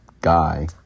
guy